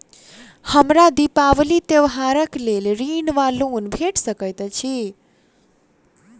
हमरा दिपावली त्योहारक लेल ऋण वा लोन भेट सकैत अछि?